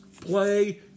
Play